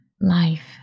life